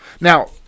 Now